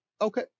okay